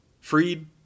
Freed